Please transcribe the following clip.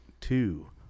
two